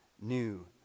new